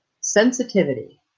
sensitivity